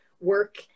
work